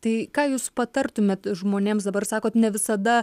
tai ką jūs patartumėte žmonėms dabar sakot ne visada